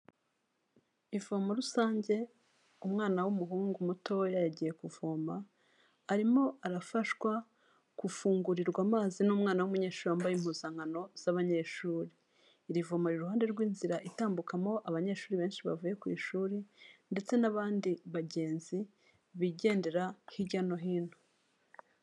Ivomo rusange, umwana w'umuhungu mutoya yagiye kuvoma, arimo arafashwa gufungurirwa amazi n'umwana w'umunyeshuri wambaye impuzankano z'abanyeshuri. Iri vomo riri iruhande rw'inzira itambukamo abanyeshuri benshi bavuye ku ishuri ndetse n'abandi bagenzi bigendera hirya no hino.